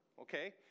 Okay